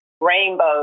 rainbow